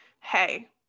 Hey